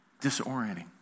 disorienting